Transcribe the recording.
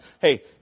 Hey